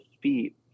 feet